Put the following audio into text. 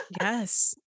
Yes